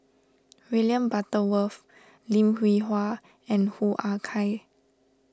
William Butterworth Lim Hwee Hua and Hoo Ah Kay